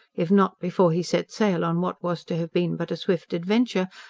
if not before he set sail on what was to have been but a swift adventure,